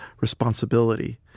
responsibility